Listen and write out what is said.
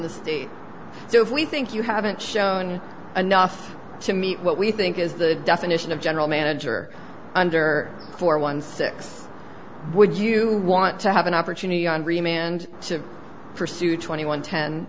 the state so if we think you haven't shown enough to meet what we think is the definition of general manager under four one six would you want to have an opportunity on re manned to pursue twenty one ten